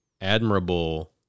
admirable